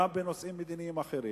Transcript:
גם בנושאים מדיניים אחרים,